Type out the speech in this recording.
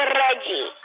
ah reggie.